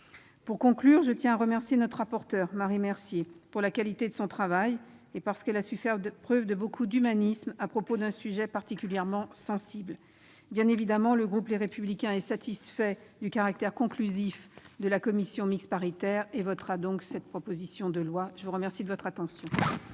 Pour conclure, je tiens à remercier notre rapporteur, Marie Mercier, de la qualité de son travail. Elle a su faire preuve de beaucoup d'humanisme à propos d'un sujet particulièrement sensible. Bien évidemment, le groupe Les Républicains est satisfait du caractère conclusif de la commission mixte paritaire et votera cette proposition de loi. La discussion générale est